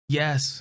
yes